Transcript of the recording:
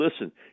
listen